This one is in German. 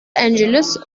angeles